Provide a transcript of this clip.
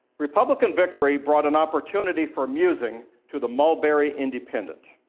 republican victory brought an opportunity for musing to the mulberry independent